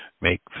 make